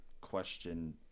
question